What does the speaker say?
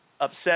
upset